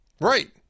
Right